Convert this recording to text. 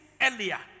earlier